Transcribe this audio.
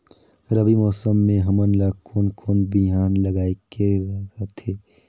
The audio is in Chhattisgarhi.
रबी मौसम मे हमन ला कोन कोन बिहान लगायेक रथे?